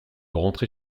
rentrer